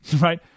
right